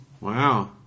Wow